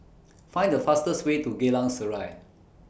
Find The fastest Way to Geylang Serai